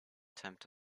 tempt